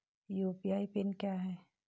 UPI pin क्या है?